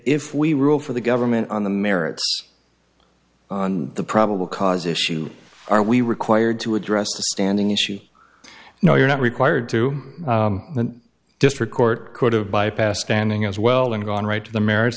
if we rule for the government on the merits on the probable cause issue are we required to address the standing issue no you're not required to the district court could have bypassed standing as well and gone right to the m